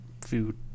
food